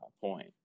point